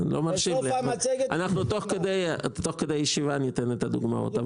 תוך כדי ישיבה ניתן דוגמאות.